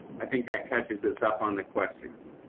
i think that catches us up on the questions.